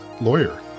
lawyer